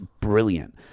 brilliant